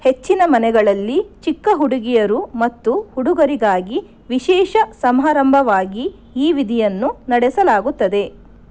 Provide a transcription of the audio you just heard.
ಹೆಚ್ಚಿನ ಮನೆಗಳಲ್ಲಿ ಚಿಕ್ಕ ಹುಡುಗಿಯರು ಮತ್ತು ಹುಡುಗರಿಗಾಗಿ ವಿಶೇಷ ಸಮಾರಂಭವಾಗಿ ಈ ವಿಧಿಯನ್ನು ನಡೆಸಲಾಗುತ್ತದೆ